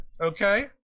Okay